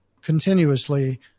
continuously